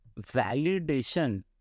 Validation